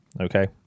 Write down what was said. okay